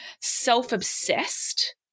self-obsessed